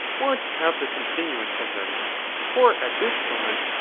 want to have the continuance of them for at this moment,